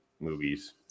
Movies